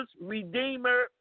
Redeemer